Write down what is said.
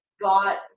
got